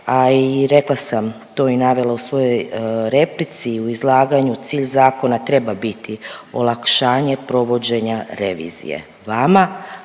a i rekla sam to i navela u svojoj replici i u izlaganju, cilj zakon treba biti olakšanje provođenja revizije vama,